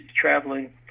traveling